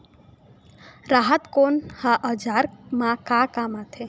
राहत कोन ह औजार मा काम आथे?